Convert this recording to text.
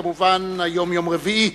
יום רביעי,